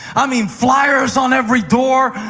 i mean, flyers on every door.